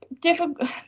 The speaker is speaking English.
difficult